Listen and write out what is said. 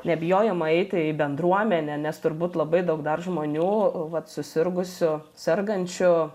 nebijojimo eiti į bendruomenę nes turbūt labai daug dar žmonių vat susirgusių sergančių